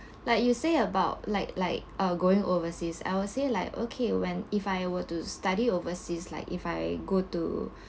like you say about like like uh going overseas I would say like okay when if I were to study overseas like if I go to